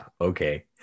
okay